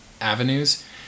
avenues